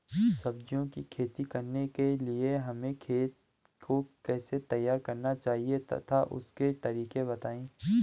सब्जियों की खेती करने के लिए हमें खेत को कैसे तैयार करना चाहिए तथा उसके तरीके बताएं?